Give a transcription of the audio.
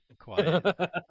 quiet